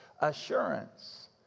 assurance